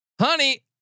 honey